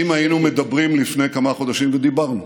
אם היינו מדברים לפני כמה חודשים, ודיברנו,